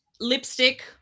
lipstick